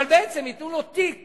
אבל בעצם ייתנו לו תיק